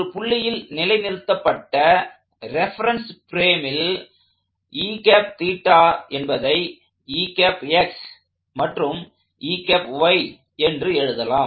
ஒரு புள்ளியில் நிலைநிறுத்தப்பட்ட ரெபெரென்ஸ் பிரேமில் என்பதை மற்றும் என்று எழுதலாம்